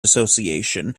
association